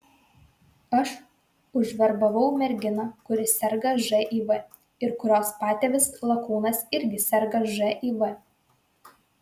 aš užverbavau merginą kuri serga živ ir kurios patėvis lakūnas irgi serga živ